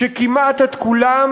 שכמעט את כולם